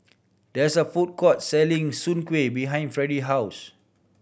there is a food court selling Soon Kueh behind Freddy house